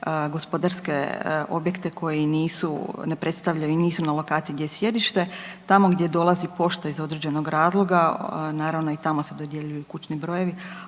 gospodarske objekte koji nisu, ne predstavljaju i nisu na lokaciji gdje je sjedište. Tamo gdje dolazi pošta iz određenog razloga, naravno i tamo se dodjeljuju kućni brojevi,